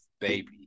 baby